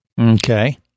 Okay